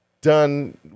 done